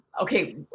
okay